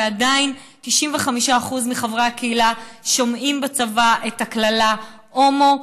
ועדיין 95% מחברי הקהילה שומעים בצבא את הקללה הומו,